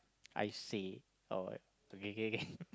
I say alright okay kay kay kay